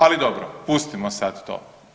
Ali dobro, pustimo sad to.